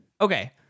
Okay